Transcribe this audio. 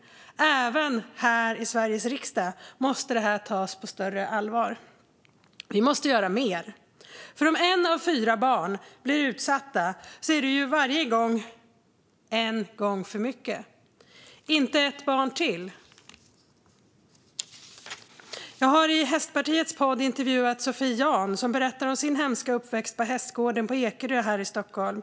Även här i Sveriges riksdag måste det här tas på större allvar. Vi måste göra mer. För om ett av fyra barn blir utsatt är varje gång en gång för mycket. Inte ett barn till! Jag har i Hästpartiets podd intervjuat Sophie Jahn, som berättar om sin hemska uppväxt på hästgården på Ekerö här i Stockholm.